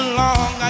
long